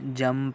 jump